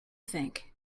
think